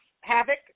havoc